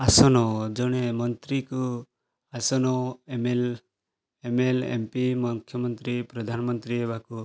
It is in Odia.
ଆସନ ଜଣେ ମନ୍ତ୍ରୀକୁ ଆସନ M L A M L A M P ମୁଖ୍ୟମନ୍ତ୍ରୀ ପ୍ରଧାନମନ୍ତ୍ରୀ ହେବାକୁ